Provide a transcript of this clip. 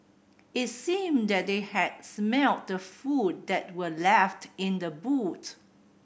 it seemed that they had smelt the food that were left in the boot